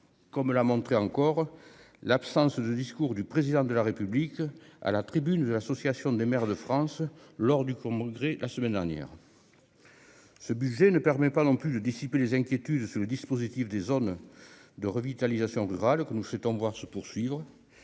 comme l'a montré encore l'absence de discours du président de la République à la tribune de l'association des maires de France, lors du congrès la semaine dernière. Ce budget ne permet pas non plus de dissiper les inquiétudes sur le dispositif des zones de revitalisation rurale que nous souhaitons voir se poursuivre